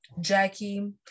Jackie